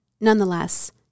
Nonetheless